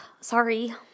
Sorry